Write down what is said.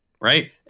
Right